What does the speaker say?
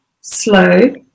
slow